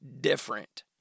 different